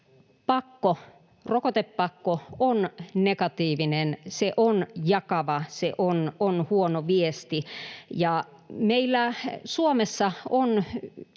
rokotepakko, on negatiivinen, se on jakava, se on huono viesti. Meillä Suomessa on